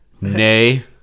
nay